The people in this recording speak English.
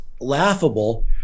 laughable